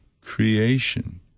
creation